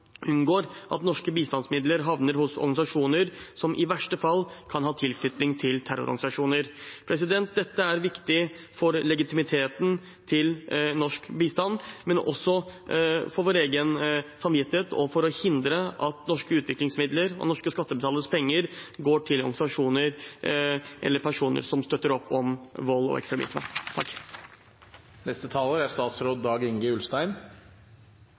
unngår at norske bistandsmidler havner hos organisasjoner som i verste fall kan ha tilknytning til terrororganisasjoner. Dette er viktig for legitimiteten til norsk bistand, men også for vår egen samvittighet og for å hindre at norske utviklingsmidler og norske skattebetaleres penger går til organisasjoner eller personer som støtter opp om vold og ekstremisme.